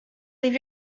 leave